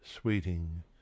sweeting